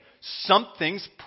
Something's